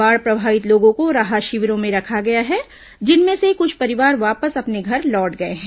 बाढ़ प्रभावित लोगों को राहत शिविरों में रखा गया है जिनमें से कुछ परिवार वापस अपने घर लौट गए हैं